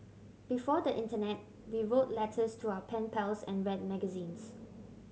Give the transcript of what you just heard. before the internet we wrote letters to our pen pals and read magazines